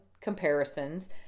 comparisons